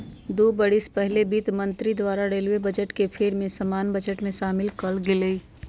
दू बरिस पहिले वित्त मंत्री द्वारा रेलवे बजट के फेर सँ सामान्य बजट में सामिल क लेल गेलइ